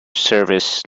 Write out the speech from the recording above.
service